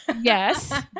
yes